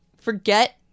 forget